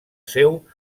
seu